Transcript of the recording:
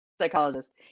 psychologist